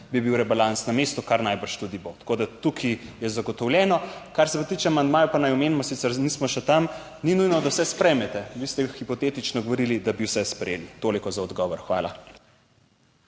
bi bil rebalans na mestu, kar najbrž tudi bo. Tako, da tukaj je zagotovljeno. Kar se pa tiče amandmajev, pa naj omenim, sicer nismo še tam; ni nujno, da vse sprejmete, vi ste hipotetično govorili, da bi vse sprejeli. Toliko za odgovor. Hvala.